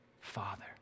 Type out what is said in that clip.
father